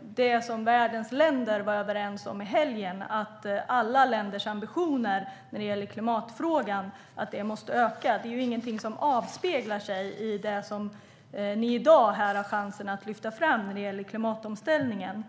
det som världens länder var överens om i helgen, att alla världens länders ambitioner i klimatfrågan måste öka, avspeglar sig i det de i dag har chansen att lyfta fram om klimatomställningen.